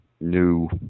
new